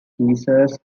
caesars